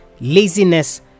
laziness